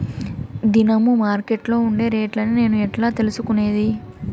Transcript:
దినము మార్కెట్లో ఉండే రేట్లని నేను ఎట్లా తెలుసుకునేది?